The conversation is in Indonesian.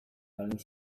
paling